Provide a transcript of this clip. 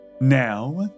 Now